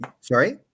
Sorry